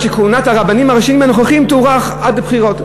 שכהונת הרבנים הראשיים הנוכחיים תוארך עד הבחירות.